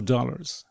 Dollars